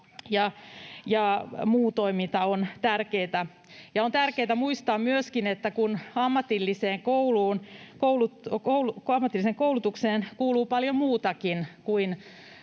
ja muu toiminta ovat tärkeitä. On tärkeätä muistaa myöskin, että kun ammatilliseen koulutukseen kuuluu paljon muutakin kuin